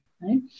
right